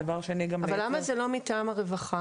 למה זה לא מטעם הרווחה?